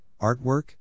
artwork